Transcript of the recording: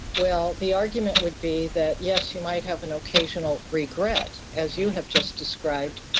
well, the argument would be that yes you might have an occasional regret, as you have just described,